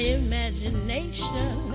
imagination